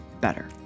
better